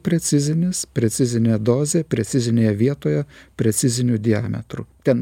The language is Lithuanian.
precizinis precizinę dozę precizinėje vietoje preciziniu diametru ten